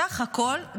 סך הכול,